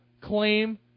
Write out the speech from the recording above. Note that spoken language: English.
claim